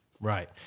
Right